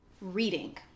Reading